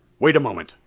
wait a moment!